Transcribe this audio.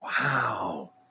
Wow